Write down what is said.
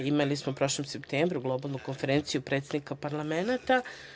Imali smo u prošlom septembru Globalnu konferenciju predsednika parlamenata.